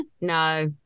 No